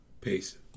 Peace